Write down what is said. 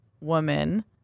woman